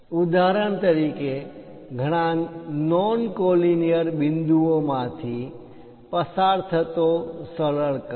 ઉદાહરણ તરીકે ઘણા નોન કોલિનિયર બિંદુઓમાંથી પોઇન્ટ્સ માંથી પસાર થતો સરળ કર્વ